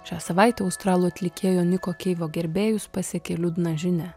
šią savaitę australų atlikėjo niko keivo gerbėjus pasiekė liūdna žinia